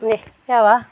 ಯಾವ